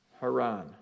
Haran